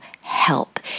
help